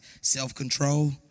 self-control